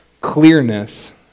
clearness